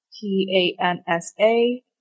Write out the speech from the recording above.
P-A-N-S-A